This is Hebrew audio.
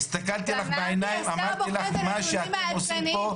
הסתכלתי לך בעיניים, אמרתי לך מה שאתם עושים פה.